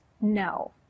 No